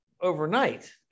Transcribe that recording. overnight